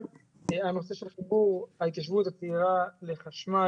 הנושא של חיבור ההתיישבות הצעירה לחשמל,